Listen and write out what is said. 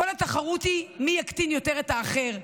כל התחרות היא מי יקטין יותר את האחר,